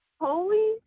holy